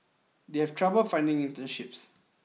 they have trouble finding internships